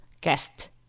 guest